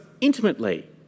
intimately